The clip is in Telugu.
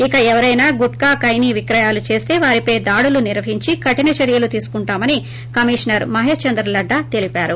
ఇక ఎవరైనా గుట్కా ఖైనీ విక్రయాలు చేస వారిపై దాడులు నిర్వహించి కఠిన చర్యలు తీసుకుంటామని కమిషనర్ మహేష్ చంద్ర లడ్డా తెలిపారు